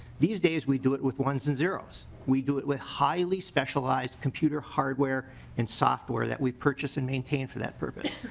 these days we do with ones and zeros. we do it with highly specialized computer hardware and software that we purchase and maintain for that purpose.